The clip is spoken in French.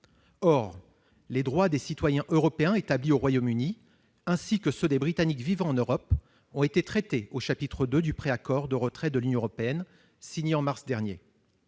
Or les droits des citoyens européens établis au Royaume-Uni, ainsi que ceux des Britanniques vivant en Europe, ont été traités au chapitre 2 du pré-accord de retrait de l'Union européenne, signé en mars dernier.